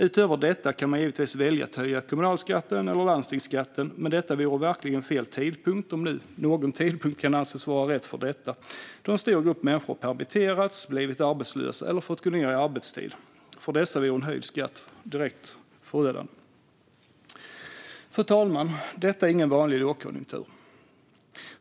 Utöver detta kan man givetvis välja att höja kommunalskatten eller landstingsskatten, men det vore fel tidpunkt, om nu någon tidpunkt kan anses rätt för detta, då en stor grupp människor har permitterats, blivit arbetslösa eller fått gå ned i arbetstid. För dessa vore en höjd skatt direkt förödande. Fru talman! Det här är ingen vanlig lågkonjunktur.